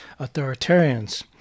authoritarians